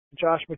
Josh